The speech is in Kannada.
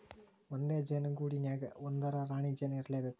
ಒಂದ ಜೇನ ಗೂಡಿನ್ಯಾಗ ಒಂದರ ರಾಣಿ ಜೇನ ಇರಲೇಬೇಕ